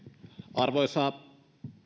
arvoisa